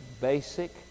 basic